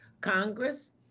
Congress